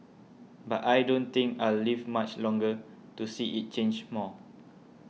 but I don't think I'll live much longer to see it change more